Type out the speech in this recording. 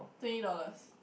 twenty dollars